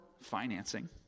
financing